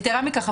יתרה מכך,